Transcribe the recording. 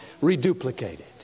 reduplicated